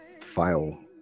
file